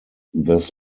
this